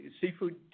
Seafood